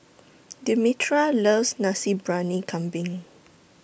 Demetria loves Nasi Briyani Kambing